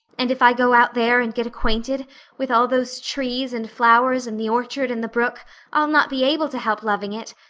and if i go out there and get acquainted with all those trees and flowers and the orchard and the brook i'll not be able to help loving it.